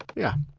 yeah.